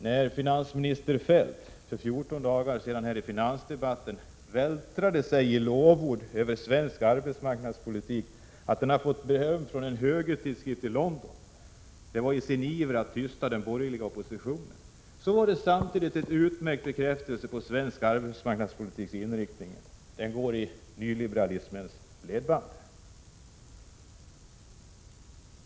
När finansminister Feldt för 14 dagar sedan här i finansdebatten i sin iver att tysta den borgerliga oppositionen vältrade sig i lovord över svensk arbetsmarknadspolitik, att den hade fått beröm i en högertidskrift i London, var det samtidigt en utmärkt bekräftelse på svensk arbetsmarknadspolitiks inriktning. Den går i nyliberalismens ledband.